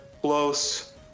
close